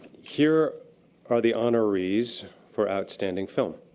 here are the honorees for outstanding film.